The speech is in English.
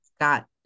got